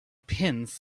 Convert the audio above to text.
pins